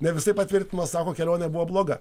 ne visai patvirtino sako kelionė buvo bloga